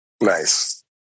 Nice